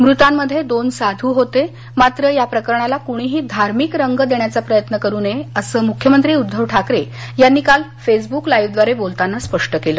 मृतांमध्ये दोन साधू होते मात्र या प्रकरणाला कुणीही धार्मिक रंग देण्याचा प्रयत्न करू नये असं मुख्यमंत्री उद्दव ठाकरे यांनी काल फेसबुक लाईव्ह द्वार बोलताना स्पष्ट केलं